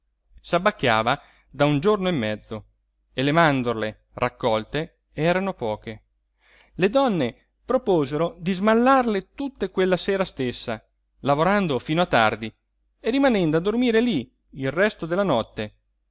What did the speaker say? via s'abbacchiava da un giorno e mezzo e le mandorle raccolte erano poche le donne proposero di smallarle tutte quella sera stessa lavorando fino a tardi e rimanendo a dormire lí il resto della notte